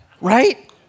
Right